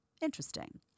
Interesting